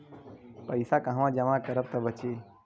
पैसा कहवा जमा करब त बची?